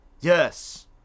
yes